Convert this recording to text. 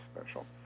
special